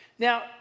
Now